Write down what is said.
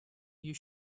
you